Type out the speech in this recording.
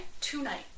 tonight